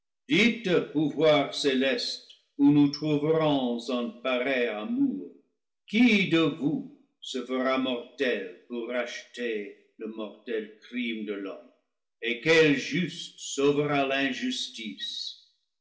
pouvoirs célestes où nous trouverons un pareil amour qui de vous se fera mortel pour racheter le mortel crime de l'homme et quel juste sauvera l'injustice